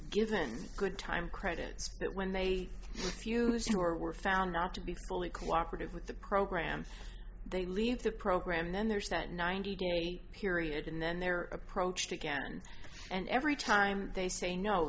given good time credits but when they refused or were found not to be fully cooperative with the program they leave the program then there's that ninety day period and then they're approached again and every time they say no